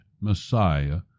Messiah